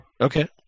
Okay